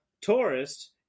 Tourist